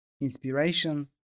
inspiration